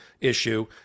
issue